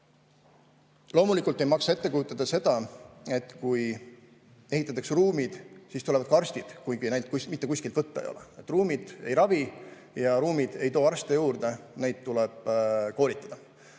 Loomulikult ei maksa ette kujutada seda, et kui ehitatakse ruumid, siis tulevad ka arstid, kuigi neid mitte kuskilt võtta ei ole. Ruumid ei ravi ja ruumid ei too arste juurde, neid tuleb koolitada.